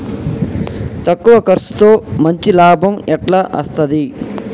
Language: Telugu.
తక్కువ కర్సుతో మంచి లాభం ఎట్ల అస్తది?